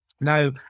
Now